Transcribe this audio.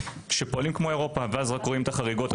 שפועלים כמו אירופה ואז רק רואים את החריגות,